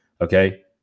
okay